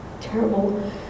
terrible